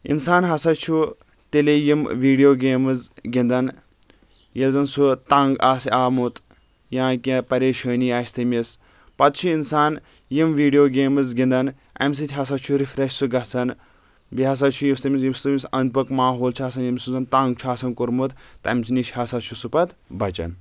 اِنسان ہسا چھُ تیٚلۍ یم ویٖڈو گیمٕز گِنٛدان ییٚلہِ زن سُہ تنٛگ آسہِ آمُت یا کیٚنٛہہ پریشٲنی آسہِ تٔمِس پتہٕ چھُ اِنسان یم ویٖڈیو گیٚمٕز گِنٛدان اَمہِ سۭتۍ ہسا چھُ رِفریش سہُ گژھان بیٚیہِ ہسا چھُ یُس تٔمِس یُس تٔمِس أنٛدۍ پٔکھۍ ماحوٗل چھُ آسان یمٔۍ سۭتۍ سُہ زَن تنٛگ چھُ آسان کوٚرمُت تٔمِس نِش ہسا چھُ پتہٕ بچان